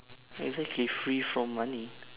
exactly free from money